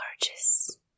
gorgeous